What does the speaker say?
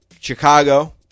Chicago